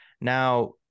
Now